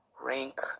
rank